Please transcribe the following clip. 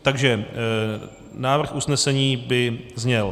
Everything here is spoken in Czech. Takže návrh usnesení by zněl: